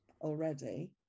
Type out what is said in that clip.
already